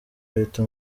leta